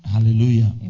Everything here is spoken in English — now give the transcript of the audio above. Hallelujah